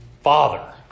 father